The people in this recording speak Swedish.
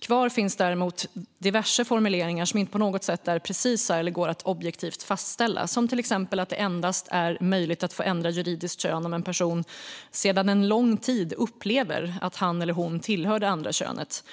Kvar finns däremot diverse formuleringar som inte på något sätt är precisa eller går att objektivt fastställa, till exempel att det endast är möjligt att få ändra juridiskt kön om en person "sedan en lång tid upplever att han eller hon tillhör det andra könet"